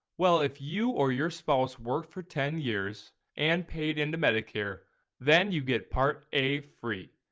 well if you or your spouse work for ten years and paid into medicare then you get part a free.